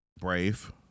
brave